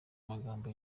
amaganya